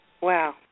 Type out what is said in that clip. Wow